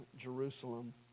Jerusalem